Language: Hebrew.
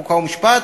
חוק ומשפט,